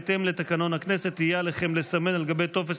בהתאם לתקנון הכנסת יהיה עליכם לסמן על גבי טופס